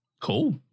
cool